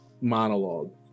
monologue